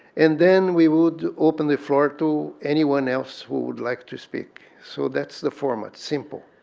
and then we would open the floor to anyone else who would like to speak. so that's the format. simple.